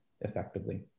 effectively